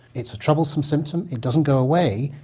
it's a troublesome symptom, it doesn't go away,